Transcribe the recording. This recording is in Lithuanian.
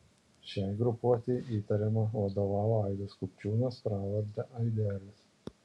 šiai grupuotei įtariama vadovavo aidas kupčiūnas pravarde aidelis